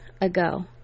ago